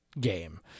game